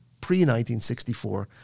pre-1964